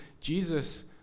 Jesus